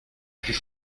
plus